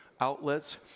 outlets